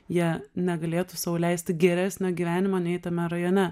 jie negalėtų sau leisti geresnio gyvenimo nei tame rajone